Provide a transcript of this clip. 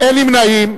אין נמנעים.